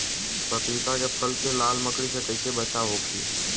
पपीता के फल के लाल मकड़ी से कइसे बचाव होखि?